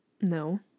No